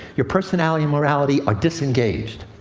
your personality and morality are disengaged.